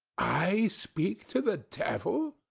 i speak to the devil!